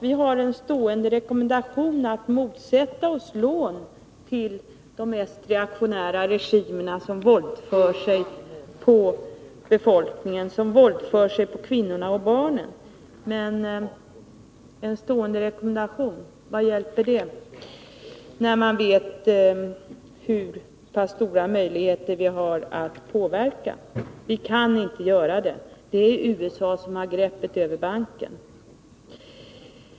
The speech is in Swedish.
Vi har en stående rekommendation att motsätta oss lån till de mest reaktionära regimerna, som våldför sig på befolkningen, som våldför sig på kvinnorna och barnen. Men vad hjälper en stående rekommendation, när man vet hur stora möjligheter vi har att påverka? Vi kan inte göra det. Det är USA som har greppet över banken.